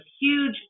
huge